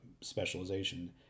specialization